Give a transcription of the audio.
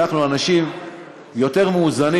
אנחנו אנשים יותר מאוזנים,